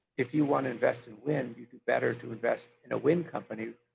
if you want to invest and win, you do better to invest in a wind company,